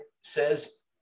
says